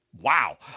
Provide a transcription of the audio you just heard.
Wow